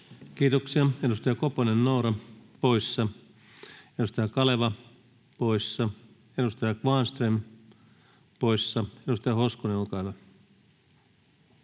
Kiitoksia. — Edustaja Koponen, Noora poissa, edustaja Kaleva poissa, edustaja Kvarnström poissa. — Edustaja Hoskonen, olkaa